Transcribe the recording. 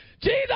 Jesus